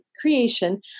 creation